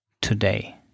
today